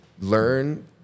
learn